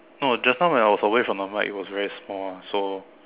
no just now when I was away from the mic it was very small so